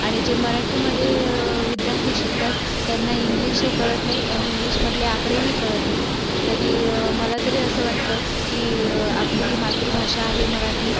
आणि जे मराठीमध्ये विद्यार्थी शिकतात त्यांना इंगलिश ही कळत नाही आणि इंग्लिशमधले आकडेही कळत नाही तरी मलातरी अस वाटतं की आपली ही मातृभाषा आहे मराठी